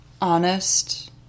Honest